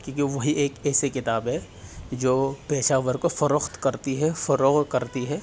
کیوںکہ وہی ایک ایسی کتاب ہے جو پیشہ ور کو فروخت کرتی ہے فروغ کرتی ہے